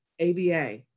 ABA